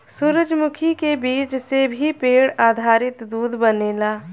सूरजमुखी के बीज से भी पेड़ आधारित दूध बनेला